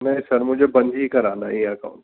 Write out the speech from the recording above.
نہیں سر مجھے بند ہی کرانا ہے یہ اکاؤنٹ